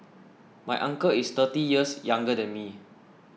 my uncle is thirty years younger than me